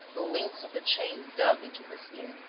the links of the chain dug into his skin.